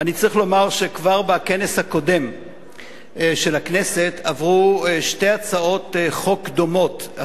אני צריך לומר שכבר בכנס הקודם של הכנסת עברו שתי הצעות חוק דומות,